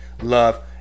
love